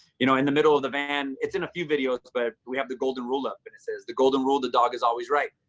you know, in the middle of the band. it's in a few videos, but we have the golden rule up and says the golden rule, the dog is always right.